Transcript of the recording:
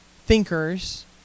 thinkers